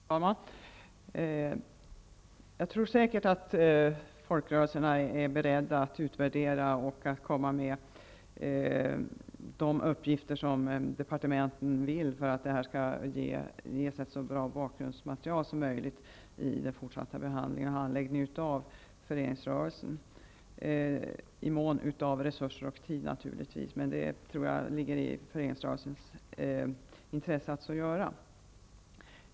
Fru talman! Jag tror säkert att folkrörelserna är beredda att göra utvärderingar och att lämna de uppgifter som departementen behöver för att få fram ett så bra bakgrundsmaterial som möjligt i den fortsatta behandlingen av föreningsrörelsens verksamhet -- naturligtvis i mån av resurser och tid, men jag tror att detta ligger i föreningsrörelsens intresse.